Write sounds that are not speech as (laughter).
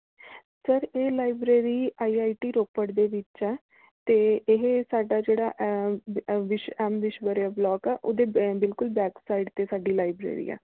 sir ਇਹ library I I T Ropar ਦੇ ਵਿੱਚ ਹੈ ਅਤੇ ਇਹ ਸਾਡਾ ਜਿਹੜਾ (unintelligible) ਵਿਸ਼ ਐੱਮ ਵਿਸ਼ਵਰਿਆ ਬਲਾਕ ਹੈ ਉਹਦੇ ਐਨ ਬਿਲਕੁਲ ਬੈਕ ਸਾਈਡ 'ਤੇ ਸਾਡੀ ਲਾਇਬ੍ਰੇਰੀ ਹੈ